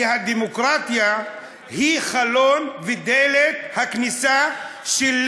כי הדמוקרטיה היא חלון ודלת הכניסה שלי